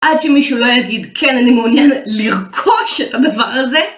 עד שמישהו לא יגיד כן אני מעוניין לרכוש את הדבר הזה